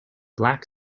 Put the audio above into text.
black